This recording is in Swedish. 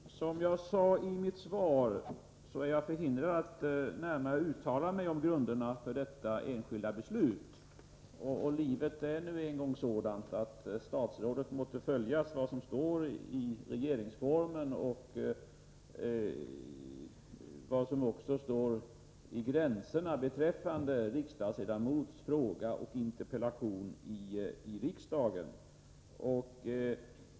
Herr talman! Som jag sade i mitt svar är jag förhindrad att närmare uttala mig om grunderna för detta enskilda beslut. Livet är ju en gång sådant att statsråden måste rätta sig efter vad som står i regeringsformen, också när det gäller de angränsande spörsmål som kan ligga i en riksdagsledamots fråga eller interpellation i riksdagen.